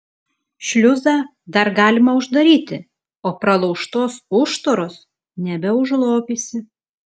šliuzą dar galima uždaryti o pralaužtos užtūros nebeužlopysi